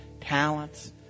talents